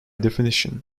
definition